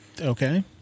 Okay